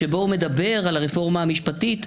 שבו הוא מדבר על הרפורמה המשפטית,